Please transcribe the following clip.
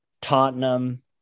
Tottenham